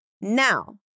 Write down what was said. Now